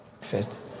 first